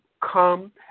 come